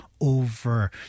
over